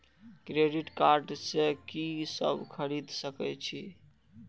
Credit card से की सब खरीद सकें छी?